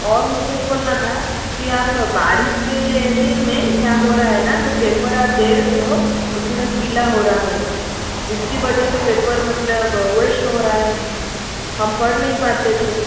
और मुझे बोलना था कि आप बारिश के दिन में क्या हो रहा है ना जो पेपर आप दे रहे हो वो थोड़ा गीला हो रहा है जिसकी वजह से पेपर मतलब वैश्ट हो रहा है हम पढ़ नहीं पाते थे